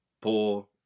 poor